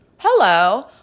Hello